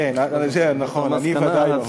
כן, נכון, אני בוודאי לא.